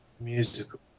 musical